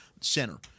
center